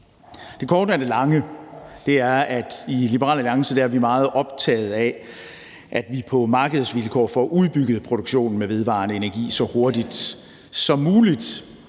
Det korte af det lange er, at vi i Liberal Alliance er meget optaget af, at vi på markedsvilkår får udbygget produktionen med vedvarende energi så hurtigt som muligt,